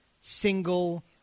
single